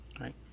right